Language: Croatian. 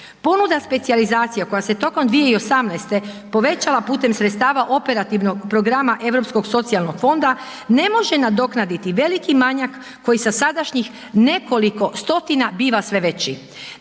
Ponuda specijalizacija koja se tokom 2018. povećala putem sredstava operativnog programa Europskog socijalnog fonda ne može nadoknaditi veliki manjak koji sa sadašnjih nekoliko stotina biva sve veći.